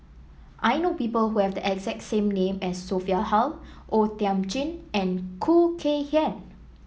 I know people who have the exact name as Sophia Hull O Thiam Chin and Khoo Kay Hian